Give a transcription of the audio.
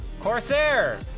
Corsair